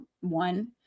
one